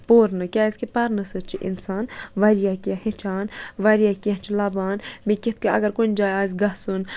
پوٚر نہٕ کیٛازِکہِ پرنہٕ سۭتۍ چھِ اِنسان واریاہ کینٛہہ ہیٚچھان واریاہ کینٛہہ چھِ لَبان مےٚ کِتھ کَنۍ اگر کُنہِ جایہِ آسہِ گژھُن